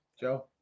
Joe